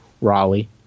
Raleigh